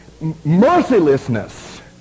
mercilessness